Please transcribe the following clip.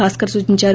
భాస్కర్ సూచిందారు